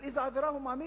על איזה עבירה הוא מעמיד?